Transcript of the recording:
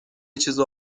چیزو